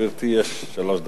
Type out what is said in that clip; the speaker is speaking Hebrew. לגברתי יש שלוש דקות.